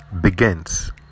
begins